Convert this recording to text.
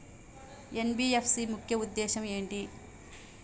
NBFC ముఖ్య ఉద్దేశం ఏంటి?